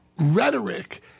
rhetoric